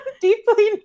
deeply